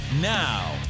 Now